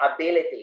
ability